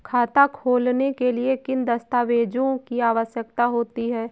खाता खोलने के लिए किन दस्तावेजों की आवश्यकता होती है?